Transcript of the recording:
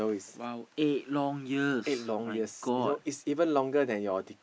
!wow! eight long years my god